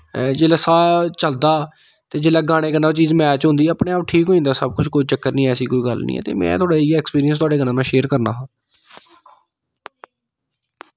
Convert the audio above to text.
जिसलै साह् चलदा ते जिसलै गाने कन्नै ओह् चीज मैच होई जंदी अपने आप ठीक होई जंदा सब कुछ ऐसा कोई चक्कर निं ऐ ऐसी कोई गल्ल निं ऐ ते में थोहाड़े इ'यै एक्स्पीरीअन्स थोहाड़े कन्नै में शेयर करना